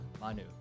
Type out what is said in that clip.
Manu